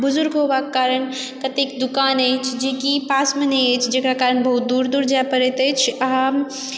बुजुर्ग होबाक कारण कते दुकान अछि जेकि पासमे नहि अछि जेकरा कारण बहुत दूर दूर जाए पड़ैत अछि हम